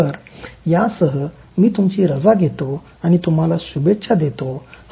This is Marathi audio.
तर यासह मी तुमची रजा घेतो आणि तुम्हाला शुभेच्छा देतो